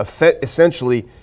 essentially